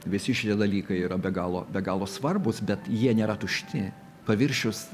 visi šitie dalykai yra be galo be galo svarbūs bet jie nėra tušti paviršius